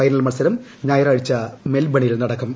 final മത്സരം ഞായറാഴ്ച മെൽബണിൽ നടക്കും